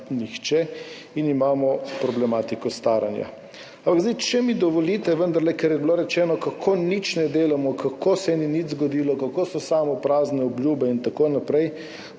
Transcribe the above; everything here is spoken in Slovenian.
nihče, in imamo problematiko staranja. Ampak če mi dovolite, vendarle, ker je bilo rečeno, kako nič ne delamo, kako se ni nič zgodilo, kako so samo prazne obljube in tako naprej.